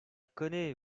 connais